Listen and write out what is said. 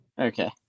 Okay